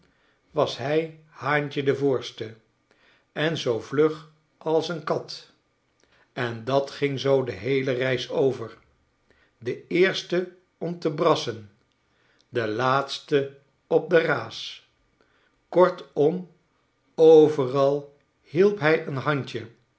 was hij haantje de voorste en zoo vlug als een kat en dat ging zoo de heele reis over de eerste om te brassen de laatste op de ra's kortom overal hielp hij een handje